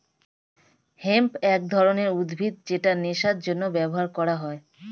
hemp এক ধরনের উদ্ভিদ যেটা নেশার জন্য ব্যবহার করা হয়